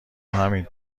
همین